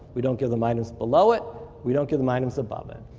we don't give them items below it, we don't give them items above it.